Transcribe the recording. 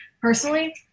personally